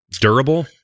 durable